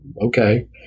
okay